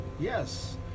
Yes